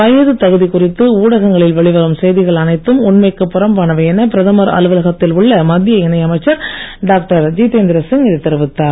வயது தகுதி குறித்து ஊடகங்களில் வெளிவரும் செய்திகள் அனைத்தும் உண்மைக்கு புறம்பானவை என பிரதமர் அலுவலகத்தில் உள்ள மத்திய இணை அமைச்சர் டாக்டர் ஜித்யேந்திர சிங் இதை தெரிவித்தார்